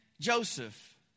Joseph